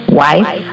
wife